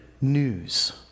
news